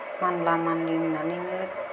मानला मानलि होन्नानैनो